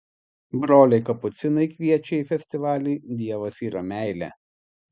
broliai kapucinai kviečia į festivalį dievas yra meilė